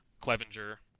Clevenger